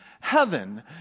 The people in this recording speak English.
heaven